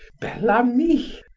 bel-ami!